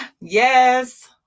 yes